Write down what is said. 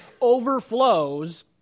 overflows